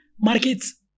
markets